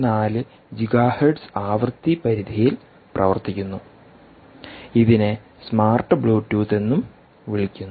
4 gigahertz ആവൃത്തി പരിധിയിൽ പ്രവർത്തിക്കുന്നു ഇതിനെ സ്മാർട്ട് ബ്ലൂടൂത്ത് എന്നും വിളിക്കുന്നു